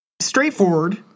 Straightforward